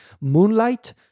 Moonlight